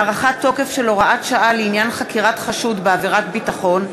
7) (הארכת תוקף של הוראת שעה לעניין חקירת חשוד בעבירת ביטחון),